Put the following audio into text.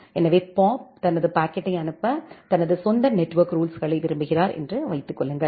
எனவே பாப் தனது பாக்கெட்டை அனுப்ப தனது சொந்த நெட்வொர்க் ரூல்ஸுகளை விரும்புகிறார் என்று வைத்துக் கொள்ளுங்கள்